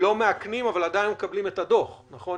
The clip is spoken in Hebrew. לא מאכנים אבל עדיין היינו מקבלים את הדוח, נכון?